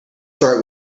start